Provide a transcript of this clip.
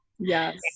Yes